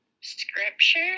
scripture